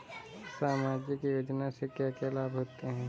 सामाजिक योजना से क्या क्या लाभ होते हैं?